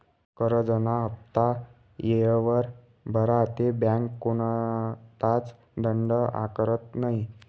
करजंना हाफ्ता येयवर भरा ते बँक कोणताच दंड आकारत नै